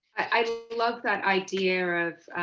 i love that idea of